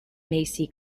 massey